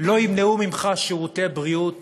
לא ימנעו ממך שירותי בריאות